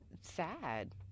sad